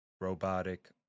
robotic